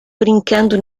brincando